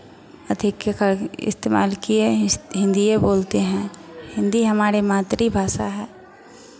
अधिककर इस्तेमाल किए हैं हिन्दीये बोलते हैं हिन्दी हमारी मातृ भाषा है